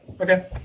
Okay